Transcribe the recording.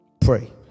Pray